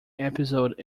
episode